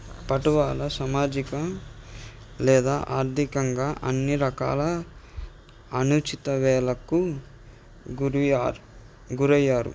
పటువాల సామాజిక లేదా ఆర్థికంగా అన్నీ రకాల అనుచిత వేలకు గుర్వియార్ గురయ్యారు